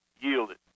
yielded